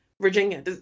Virginia